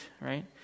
right